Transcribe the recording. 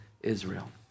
Israel